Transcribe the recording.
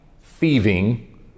thieving